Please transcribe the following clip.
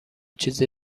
چیز